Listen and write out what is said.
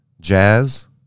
Jazz